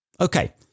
Okay